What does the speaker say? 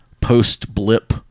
post-blip